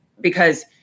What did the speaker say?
because-